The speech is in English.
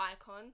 icon